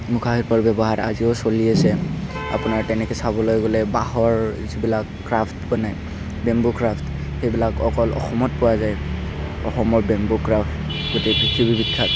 মুখাশিল্পৰ ব্যৱহাৰ আজিও চলি আছে অপোনাৰ তেনেকৈ চাবলৈ গ'লে বাঁহৰ যিবিলাক ক্ৰাফ্ট বনাই বেম্বো ক্ৰাফ্ট সেইবিলাক অকল অসমত পোৱা যায় অসমৰ বেম্বো ক্ৰাফ্ট গোটেই পৃথিৱী বিখ্যাত